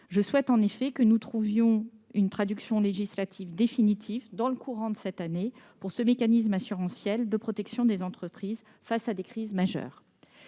Je souhaite en effet que nous trouvions une traduction législative définitive dans le courant de cette année pour ce mécanisme assurantiel de protection des entreprises face à des crises majeures.